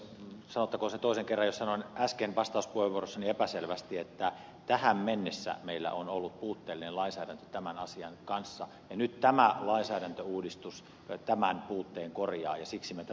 sanottakoon se toisen kerran jos sanoin äsken vastauspuheenvuorossani epäselvästi että tähän mennessä meillä on ollut puutteellinen lainsäädäntö tämän asian kanssa ja nyt tämä lainsäädäntöuudistus tämän puutteen korjaa ja siksi me tätä tarvitsemme